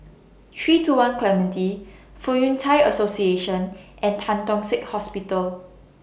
three two one Clementi Fong Yun Thai Association and Tan Tock Seng Hospital